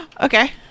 Okay